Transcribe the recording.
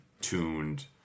tuned